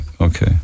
okay